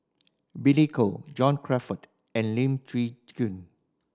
Billy Koh John Crawfurd and Lim Chwee